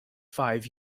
five